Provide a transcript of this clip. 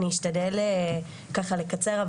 אני אשתדל ככה לקצר,